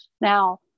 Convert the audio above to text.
Now